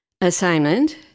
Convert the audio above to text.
assignment